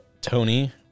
Tony